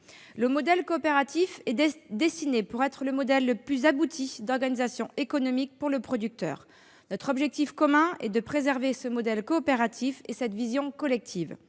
Le modèle coopératif est dessiné pour être le modèle le plus abouti d'organisation économique pour le producteur. Notre objectif commun est de préserver ce modèle coopératif et cette vision collective,